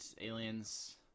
Aliens